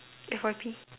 F_Y_P